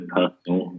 personal